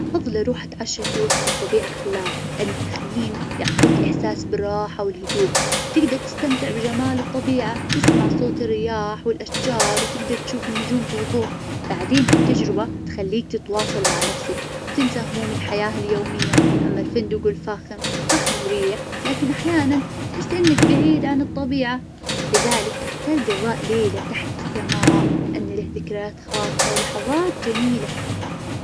أفظل أروح أتعشى في وسط الطبيعة الخلابة لأن التخييم يعطيك إحساس بالراحة والهدوء، تقدر تستمتع بجمال الطبيعة تسمع صوت الرياح والأشجار وتقدر تشوف النجوم بوظوح. بعدين ها التجربة تخليك تتواصل مع نفسك، وتنسى هموم الحياة اليومية. أما الفندق الفاخر صح مريح لكن أحيانا تحس إنك بعيد عن الطبيعة. لذلك أختر قظاء ليلة تحت السماء لأن له ذكريات خاصة ولحظات جميلة.